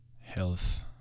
health